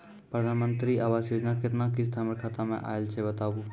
प्रधानमंत्री मंत्री आवास योजना के केतना किस्त हमर खाता मे आयल छै बताबू?